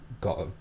got